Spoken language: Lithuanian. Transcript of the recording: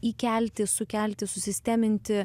įkelti sukelti susisteminti